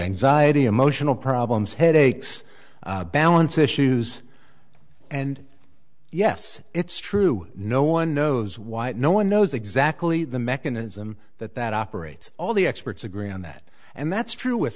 anxiety emotional problems headaches balance issues and yes it's true no one knows why no one knows exactly the mechanism that that operates all the experts agree on that and that's true with